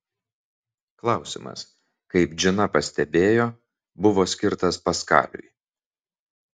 klausimas kaip džina pastebėjo buvo skirtas paskaliui